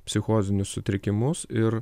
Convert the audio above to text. psichozinius sutrikimus ir